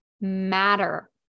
matter